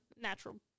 natural